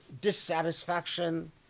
dissatisfaction